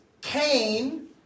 Cain